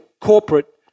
corporate